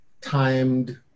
timed